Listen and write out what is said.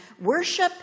worship